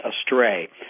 astray